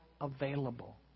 available